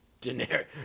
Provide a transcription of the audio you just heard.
Generic